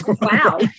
Wow